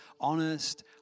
honest